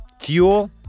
Fuel